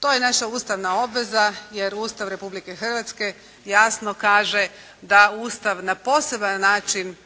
To je naša ustavna obveza. Jer Ustav Republike Hrvatske jasno kaže da Ustav na poseban način,